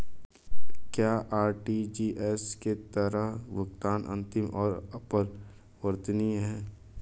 क्या आर.टी.जी.एस के तहत भुगतान अंतिम और अपरिवर्तनीय है?